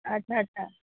ଆଚ୍ଛା ଆଚ୍ଛା